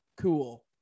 cool